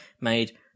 made